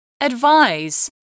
Advise